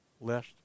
lest